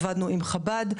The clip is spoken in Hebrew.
עבדנו עם חב"ד,